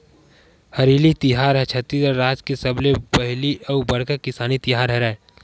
हरेली के तिहार ह छत्तीसगढ़ राज के सबले पहिली अउ बड़का किसानी तिहार हरय